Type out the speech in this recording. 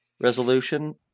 resolution